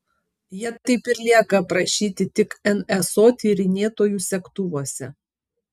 jie taip ir lieka aprašyti tik nso tyrinėtojų segtuvuose